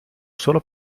solo